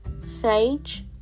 sage